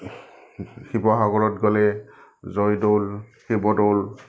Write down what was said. শিৱসাগৰত গ'লে জয়দৌল শিৱদৌল